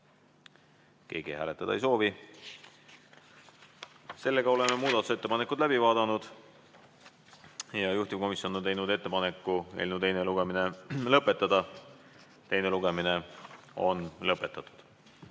Keegi hääletamist ei soovi. Oleme muudatusettepanekud läbi vaadanud. Juhtivkomisjon on teinud ettepaneku eelnõu teine lugemine lõpetada. Teine lugemine on lõpetatud.